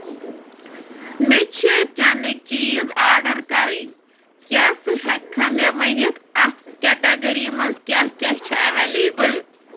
مےٚ چھِ چنٕکۍ چیٖز آرڈر کَرٕنۍ کیٛاہ ژٕ ہیٚکٕکھا مےٚ ؤنِتھ اَتھ کیٹاگٔری منٛز کیٛاہ کیٛاہ چھُ ایٚویلیبُل